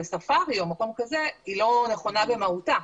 ספארי או מקום כזה היא לא נכונה במהותה.